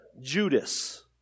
judas